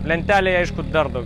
lentelėj aišku dar dau